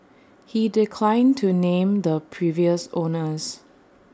he declined to name the previous owners